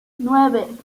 nueve